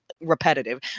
repetitive